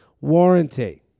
warranty